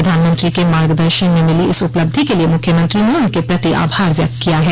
प्रधानमंत्री के मार्गदर्शन में मिली इस उपलब्धि के लिए मुख्यमंत्री ने उनके प्रति आभार व्यक्त किया है